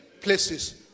places